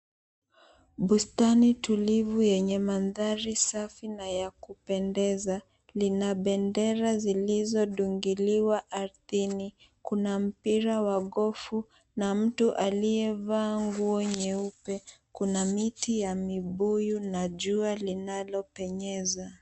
Bustani tulivu yenye mandhari safi na ya kupendeza lina bendera zilizodungiliwa ardhini. Kuna mpira wa gofu na mtu aliyevaa nguo nyeupe. Kuna miti ya mibuyu na jua linalopenyeza.